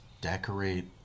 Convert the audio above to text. decorate